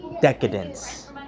decadence